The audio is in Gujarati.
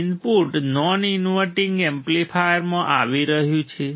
ઇનપુટ નોન ઇન્વર્ટિંગ એમ્પ્લીફાયરમાં આવી રહ્યું છે